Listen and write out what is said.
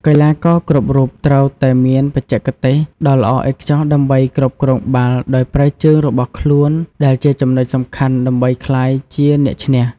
កីឡាករគ្រប់រូបត្រូវតែមានបច្ចេកទេសដ៏ល្អឥតខ្ចោះដើម្បីគ្រប់គ្រងបាល់ដោយប្រើជើងរបស់ខ្លួនដែលជាចំណុចសំខាន់ដើម្បីក្លាយជាអ្នកឈ្នះ។